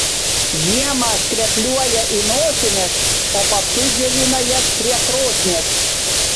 žiemą skrepliuoja į nosines o paskui džiovina jas prie krosnies